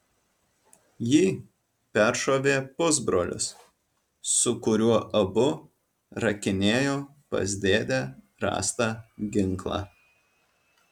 jį peršovė pusbrolis su kuriuo abu rakinėjo pas dėdę rastą ginklą